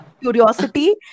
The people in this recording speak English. curiosity